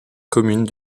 commune